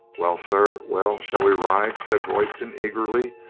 well, sir, well, shall we ride? said royston eagerly,